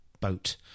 boat